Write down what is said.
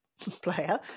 player